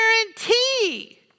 guarantee